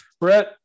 Brett